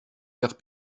faire